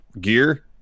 gear